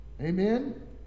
Amen